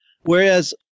whereas